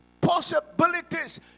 possibilities